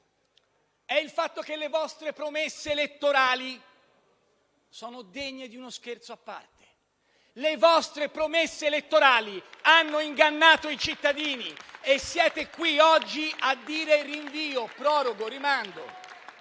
è il fatto che le vostre promesse elettorali sono degne di uno «scherzi a parte». Le vostre promesse elettorali hanno ingannato i cittadini e siete qui oggi a dire: rinvio,